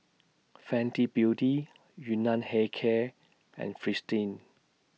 Fenty Beauty Yun Nam Hair Care and Fristine